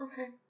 Okay